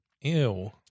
Ew